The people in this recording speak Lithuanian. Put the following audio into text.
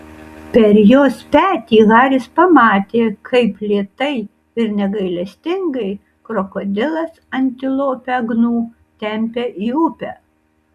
per jos petį haris pamatė kaip lėtai ir negailestingai krokodilas antilopę gnu tempia į upę